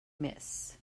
miss